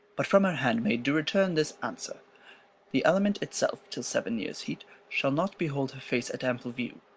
but from her handmaid do return this answer the element itself, till seven years' heat, shall not behold her face at ample view